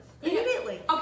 Immediately